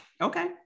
Okay